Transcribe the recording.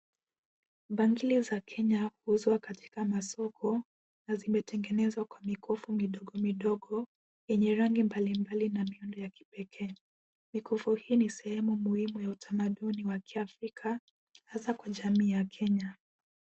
Bangili za Kenya huuzwa katika masoko na zimetengenezwa Kwa mikufu midogo midogo yenye rangi mbalimbali na miundo ya kipekee. Mikufu hii ni sehemu muhimu ya utamaduni wa kiafrika hasa Kwa jamii ya wakenya.